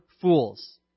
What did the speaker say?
fools